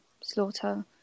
slaughter